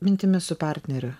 mintimis su partneriu